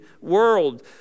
world